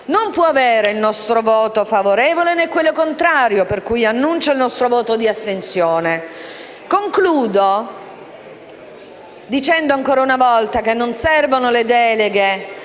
non può avere il nostro voto favorevole e nemmeno il nostro voto contrario, per cui annuncio il nostro voto di astensione. Concludo dicendo ancora una volta che non servono le deleghe,